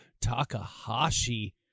Takahashi